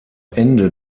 ende